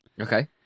okay